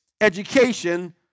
education